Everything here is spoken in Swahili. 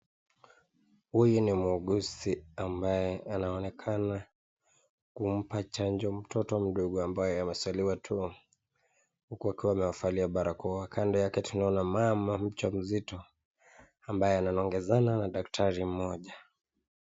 Huyu ni muuguzi ambaye anaonekana kumpa chanjo mtoto mdogo ambaye amezaliwa tu, huku akiwa amevalia barakoa kando yake tunaona mama mjamzito ambaye ananongezana na daktari mmoja.